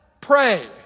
pray